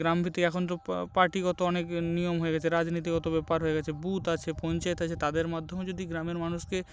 গ্রামভিত্তিক এখন তো পার্টিগত অনেক নিয়ম হয়ে গেছে রাজনীতিগত ব্যাপার হয়ে গেছে বুথ আছে পঞ্চায়েত আছে তাদের মাধ্যমে যদি গ্রামের মানুষকে